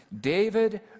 David